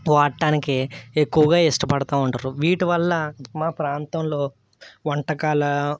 వాడటానికి ఎక్కువగా ఇష్టపడతూ ఉంటారు వీటివల్ల మా ప్రాంతంలో వంటకాల